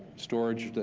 storage,